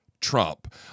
Trump